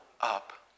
up